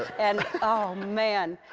and oh, man.